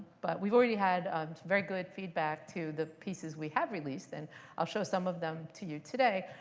but we've already had um very good feedback to the pieces we have released. and i'll show some of them to you today.